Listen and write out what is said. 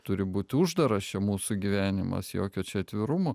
turi būti uždaras čia mūsų gyvenimas jokio čia atvirumo